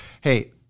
Hey